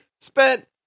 spent